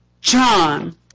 John